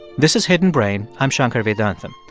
this is hidden brain. i'm shankar vedantam.